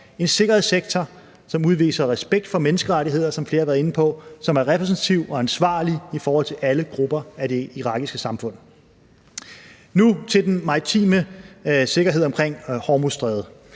en sikkerhedssektor, som udviser respekt for menneskerettigheder, som flere har været inde på, og som er repræsentativ og ansvarlig i forhold til alle grupper af det irakiske samfund. Kl. 15:54 Nu til den maritime sikkerhed omkring Hormuzstrædet.